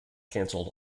cancelled